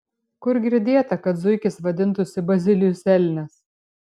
kur girdėta kad zuikis vadintųsi bazilijus elnias